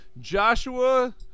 Joshua